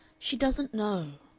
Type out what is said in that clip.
she doesn't know.